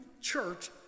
church